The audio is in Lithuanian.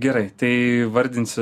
gerai tai vardinsiu